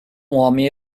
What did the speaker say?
homem